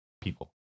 people